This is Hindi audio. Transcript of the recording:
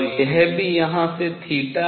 यह भी यहां से थीटा है